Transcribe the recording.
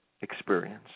experience